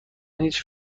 هیچ